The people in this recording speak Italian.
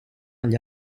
agli